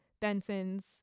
Benson's